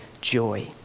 joy